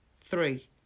three